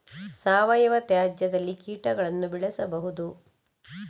ಸಾವಯವ ತ್ಯಾಜ್ಯದಲ್ಲಿ ಕೀಟಗಳನ್ನು ಬೆಳೆಸಬಹುದು